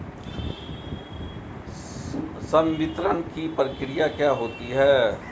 संवितरण की प्रक्रिया क्या होती है?